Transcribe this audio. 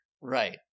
Right